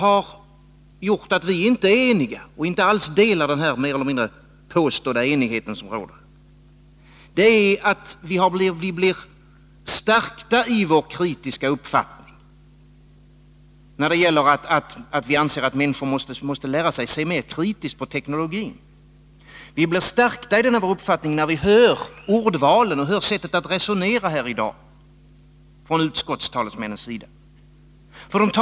Att vi inte är eniga och inte alls delar den här mer eller mindre påstådda enigheten som råder, beror på att vi blir stärkta i vår kritiska uppfattning, och vi anser att människor måste lära sig att se mer kritiskt på teknologin. Vi blir stärkta i denna vår uppfattning när vi hör ordvalen och lyssnar till sättet att resonera här i dag från utskottstalesmännens sida.